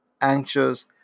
anxious